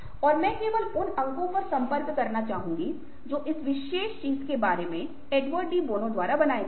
और मैं केवल उन अंको पर संपर्क करना चाहूंगा जो इस विशेष चीज के बारे में एडवर्ड डी बोनो द्वारा बनाए गए हैं